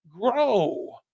Grow